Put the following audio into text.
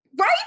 Right